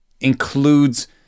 includes